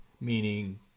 meaning